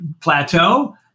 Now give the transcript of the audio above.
plateau